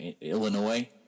Illinois